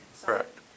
Correct